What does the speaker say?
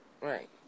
Right